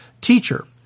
teacher